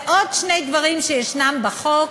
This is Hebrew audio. עוד שני דברים שישנם בחוק,